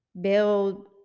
build